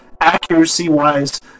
accuracy-wise